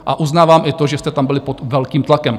A uznávám i to, že jste tam byli pod velkým tlakem.